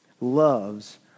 Loves